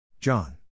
John